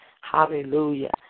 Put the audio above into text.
Hallelujah